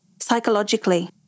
psychologically